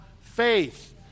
faith